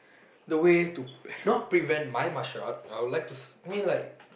the way to you know prevent my martial art I would like to I mean like